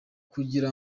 kugira